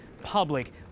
public